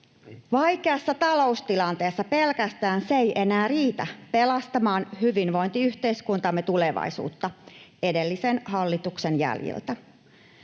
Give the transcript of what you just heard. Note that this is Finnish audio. vaikeassa taloustilanteessa pelkästään se ei enää riitä pelastamaan hyvinvointiyhteiskuntamme tulevaisuutta edellisen hallituksen jäljiltä.